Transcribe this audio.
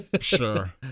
Sure